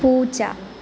പൂച്ച